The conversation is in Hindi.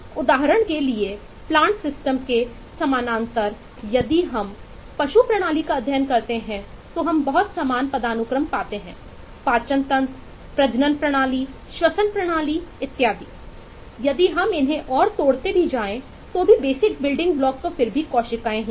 दाहरण के लिए प्लांट सिस्टम तो फिर भी कोशिकाएं ही है